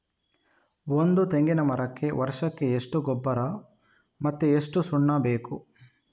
ಒಂದು ತೆಂಗಿನ ಮರಕ್ಕೆ ವರ್ಷಕ್ಕೆ ಎಷ್ಟು ಗೊಬ್ಬರ ಮತ್ತೆ ಎಷ್ಟು ಸುಣ್ಣ ಬೇಕು?